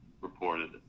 reported